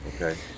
Okay